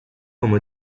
como